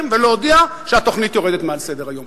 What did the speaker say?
ולהודיע שהתוכנית יורדת מעל סדר-היום?